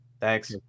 Thanks